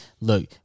look